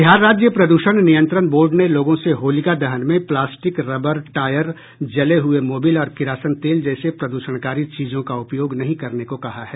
बिहार राज्य प्रदूषण नियंत्रण बोर्ड ने लोगों से होलिका दहन में प्लास्टिक रबर टायर जले हुए मोबिल और किरासन तेल जैसे प्रद्रषणकारी चीजों का उपयोग नहीं करने को कहा है